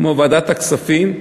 כמו ועדת הכספים,